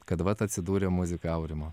kad vat atsidūrė muzika aurimo